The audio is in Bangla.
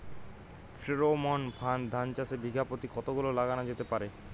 ফ্রেরোমন ফাঁদ ধান চাষে বিঘা পতি কতগুলো লাগানো যেতে পারে?